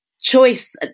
choice